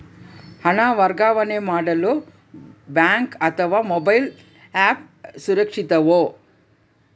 ಹಣ ವರ್ಗಾವಣೆ ಮಾಡಲು ಬ್ಯಾಂಕ್ ಅಥವಾ ಮೋಬೈಲ್ ಆ್ಯಪ್ ಸುರಕ್ಷಿತವೋ?